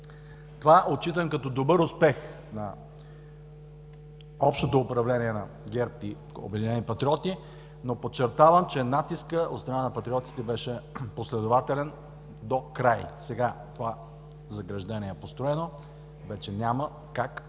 Това отчитам като добър успех на общото управление на ГЕРБ и „Обединени патриоти“, но подчертавам, че натискът от страна на патриотите беше последователен докрай. Сега това заграждение е построено, вече няма как по никакъв